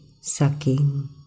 sucking